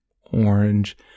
orange